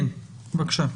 כן, בבקשה.